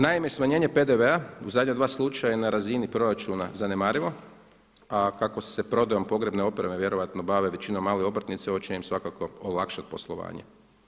Naime, smanjenje PDV-a u zadnja dva slučaja je na razini proračuna zanemarivo, a kako se prodajom pogrebne opreme vjerojatno bave većinom mali obrtnici ovo će im svakako olakšat poslovanje.